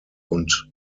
und